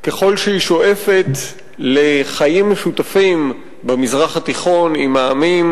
ככל שהיא שואפת לחיים משותפים במזרח התיכון עם העמים,